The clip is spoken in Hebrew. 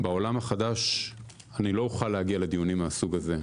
בעולם החדש אני לא אוכל להגיע לדיונים מהסוג הזה.